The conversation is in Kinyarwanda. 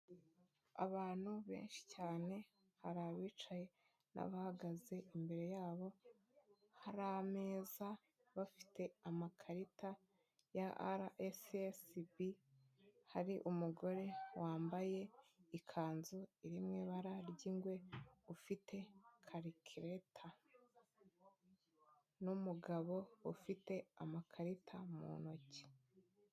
Abantu benshi cyane, hari abicaye n'abahagaze imbere yabo, hari ameza, bafite amakarita ya araesiyesibi, hari umugore wambaye ikanzu iri mu ibara ry'ingwe ufite karikireta, n'umugabo ufite amakarita mu ntoki.